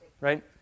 right